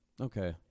Okay